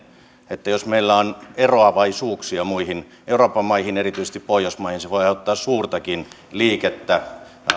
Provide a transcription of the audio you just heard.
että jos meillä on eroavaisuuksia muihin euroopan maihin erityisesti pohjoismaihin se voi aiheuttaa suurtakin liikettä